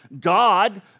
God